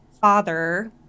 father